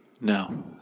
No